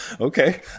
okay